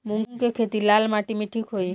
मूंग के खेती लाल माटी मे ठिक होई?